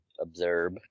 observe